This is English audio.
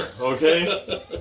okay